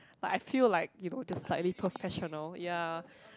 like I feel like you know just slightly professional ya